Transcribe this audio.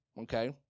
okay